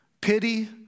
pity